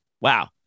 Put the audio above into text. Wow